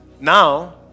now